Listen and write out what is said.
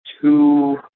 two